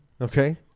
okay